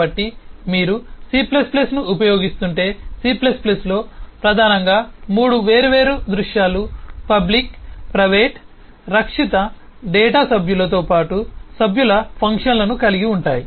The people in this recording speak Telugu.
కాబట్టి మీరు C ను ఉపయోగిస్తుంటే C లో ప్రధానంగా 3 వేర్వేరు దృశ్యాలు పబ్లిక్ ప్రైవేట్ మరియు రక్షిత డేటా సభ్యులతో పాటు సభ్యుల ఫంక్షన్లను కలిగి ఉంటాయి